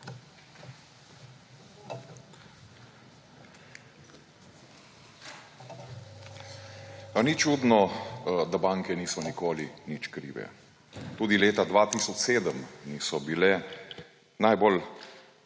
ni čudno, da banke niso nikoli nič krive? Tudi leta 2007 niso bile. Najbolj